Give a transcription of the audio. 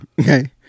okay